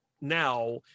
now